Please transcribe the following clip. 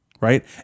right